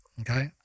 Okay